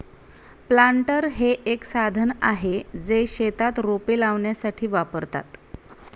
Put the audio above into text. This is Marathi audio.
प्लांटर हे एक साधन आहे, जे शेतात रोपे लावण्यासाठी वापरतात